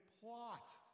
plot